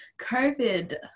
COVID